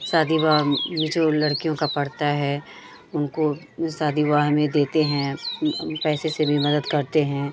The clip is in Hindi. शादी विवाह में जो लड़कियों का पड़ता है उनको शादी विवाह में देते हैं पैसे से भी मदद करते हैं